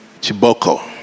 chiboko